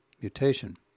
mutation